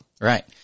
Right